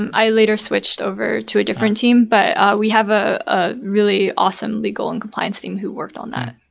and i later switched over to a different team, but we have ah a really awesome legal and compliance team who worked on that.